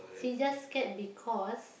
she just scared because